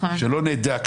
שלא נדע,